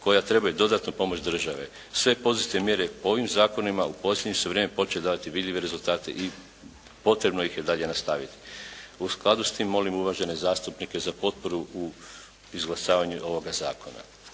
koja trebaju dodatnu pomoć države. Sve poduzete mjere po ovim zakonima u posljednje su vrijeme počele davati vidljive rezultate i potrebno ih je dalje nastaviti. U skladu s tim molim uvažene zastupnike za potporu u izglasavanju ovoga zakona.